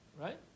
Right